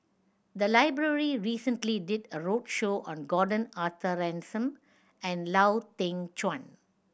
the library recently did a roadshow on Gordon Arthur Ransome and Lau Teng Chuan